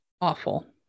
awful